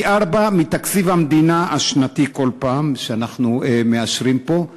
פי-ארבעה מתקציב המדינה השנתי שכל פעם אנחנו מאשרים פה,